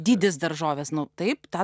dydis daržovės nu taip tą